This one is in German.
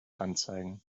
anzeigen